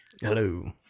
Hello